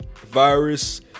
virus